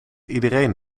iedereen